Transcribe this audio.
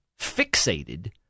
fixated